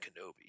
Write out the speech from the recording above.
Kenobi